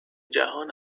جهان